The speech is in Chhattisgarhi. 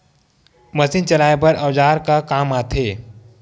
मशीन चलाए बर औजार का काम आथे?